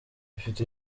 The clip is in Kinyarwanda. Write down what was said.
ifite